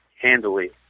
handily